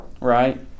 Right